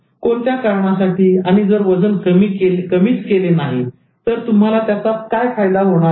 कोणत्या कारणासाठी आणि जर वजन कमीच केले नाही तर तुम्हाला त्याचा काय फायदा होणार आहे